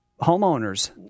homeowners